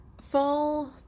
fall